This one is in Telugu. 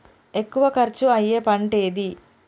ఎక్కువ ఖర్చు అయ్యే పంటేది?